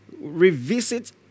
revisit